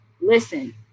Listen